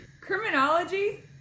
Criminology